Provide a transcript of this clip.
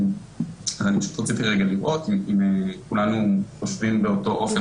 אני פשוט רציתי כרגע לראות אם כולנו חושבים באותו אופן